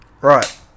Right